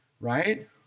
right